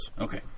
Okay